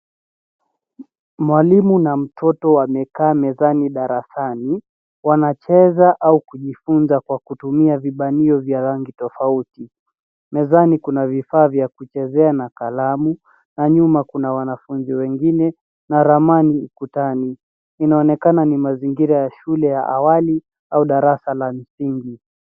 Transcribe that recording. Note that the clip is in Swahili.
Mwalimu na mtoto wamekaa mezani darasani. Wanacheza, au kujifunza kwa kutumia vibanio vya rangi tofauti. Mezani kuna vifaa vya kuchezea na kalamu, na nyuma kuna wanafunzi wengine, na ramani ukutani. Inaonekana ni mazingira ya shule ya awali, au darasa la msingi.